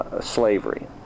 Slavery